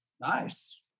nice